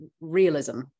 realism